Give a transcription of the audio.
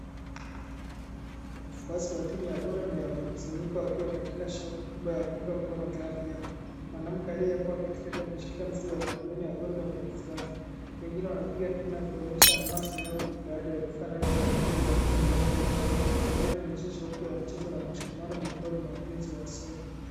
Wafuasi wa timu ya Gor Mahia wamekusanyika wakiwa katika shauku kubwa ya kuunga mkono klabu yao. Mwanamke aliyeekwa katikati ameshikilia mvi wenye maneno Gor Mahia kwa furaha. Wengine wanapiga kelele na kuonyesha hamsa yao huku baadhi wakivaa rangi za timu hiyo ya kijani na nyeupe. Hali inaonyesha shauku ya michezo na mashikamano miongoni mwa wapenzi wa soka.